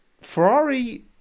ferrari